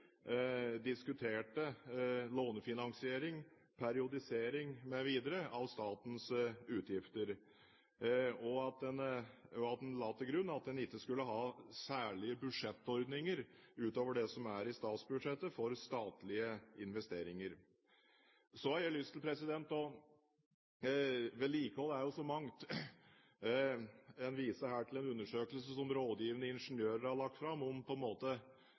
diskuterte lånefinansiering, periodisering mv. av statens utgifter, og at en la til grunn at en ikke skulle ha særlige budsjettordninger utover det som er i statsbudsjettet for statlige investeringer. Vedlikehold er jo så mangt. En viser her til en undersøkelse som Rådgivende Ingeniørers Forening har lagt fram om de mer harde investeringene. Men jeg vil gjøre oppmerksom på,